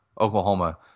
Oklahoma